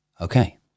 Okay